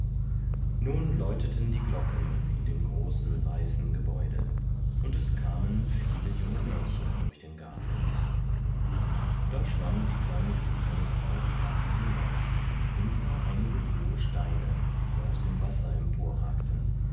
nun läuteten die glocken in dem großen weißen gebäude und es kamen viele junge mädchen durch den garten da schwamm die kleine seejungfrau weiter hinaus hinter einige hohe steine die aus dem wasser